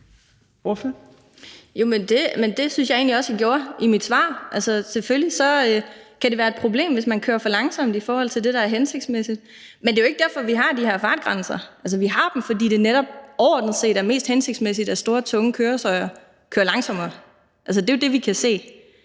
det synes jeg egentlig også jeg sagde i mit svar. Altså, selvfølgelig kan det være et problem, hvis man kører for langsomt i forhold til det, der er hensigtsmæssigt. Men det er jo ikke derfor, vi har de her fartgrænser – vi har dem, fordi det netop overordnet set er mest hensigtsmæssigt, at store, tunge køretøjer kører langsommere; altså, det er jo det, vi kan se.